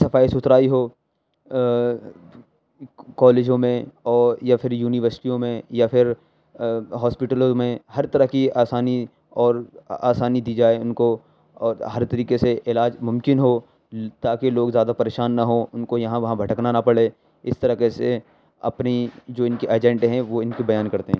صفائی ستھرائی ہو کالجوں میں یا پھر یونیورسٹیوں میں یا پھر ہاسپٹلوں میں ہر طرح کی آسانی اور آسانی دی جائے ان کو اور ہر طریقے سے علاج ممکن ہو تا کہ لوگ زیادہ پریشان نہ ہوں ان کو یہاں وہاں بھٹکنا نہ پڑے اس طریقے سے اپنی جو ان کے ایجنڈے ہیں وہ ان کو بیان کرتے ہیں